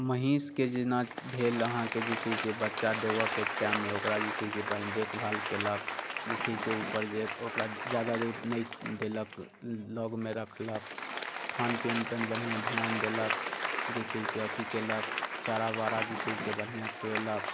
महीसके जेना भेल अहाँकेँ जे छै से बच्चा देबऽके टाइममे ओकरा जे छै से देखभाल कयलक जे छै से ओकर जे ओकरा जादा लोड नहि देलक लगमे रखलक खान पीन पर बढ़िआँ ध्यान देलक जे छै से अथि कयलक चारा वारा जे छै से बढ़िआँ खुएलक